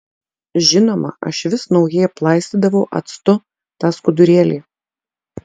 žinoma aš vis naujai aplaistydavau actu tą skudurėlį